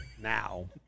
Now